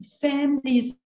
families